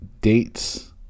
Dates